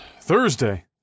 Thursday